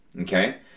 Okay